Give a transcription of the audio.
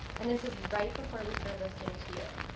and this was right before we started listening to you.